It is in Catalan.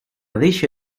deixa